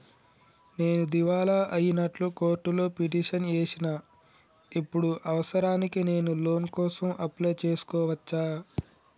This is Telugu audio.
నేను దివాలా అయినట్లు కోర్టులో పిటిషన్ ఏశిన ఇప్పుడు అవసరానికి నేను లోన్ కోసం అప్లయ్ చేస్కోవచ్చా?